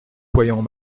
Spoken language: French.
voyant